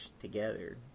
together